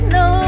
no